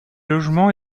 logements